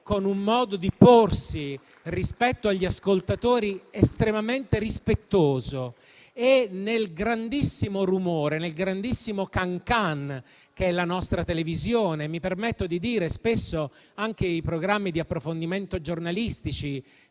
con un modo di porsi rispetto agli ascoltatori estremamente rispettoso. Nel grandissimo rumore, nel grandissimo *can can* che è la nostra televisione, mi permetto di dire che spesso anche i programmi di approfondimento giornalistici